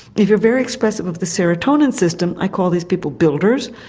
if you're very expressive of the serotonin system i call these people builders.